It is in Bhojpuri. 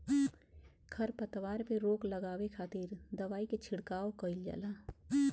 खरपतवार पे रोक लगावे खातिर दवाई के छिड़काव कईल जाला